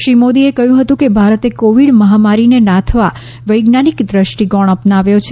શ્રી મોદીએ કહ્યું હતું કે ભારતે કોવિડ મહામારીને નાથવા વૈજ્ઞાનિક દ્રષ્ટિકોણ અપનાવ્યો છે